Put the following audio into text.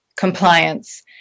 compliance